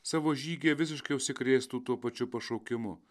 savo žygyje visiškai užsikrėstų tuo pačiu pašaukimu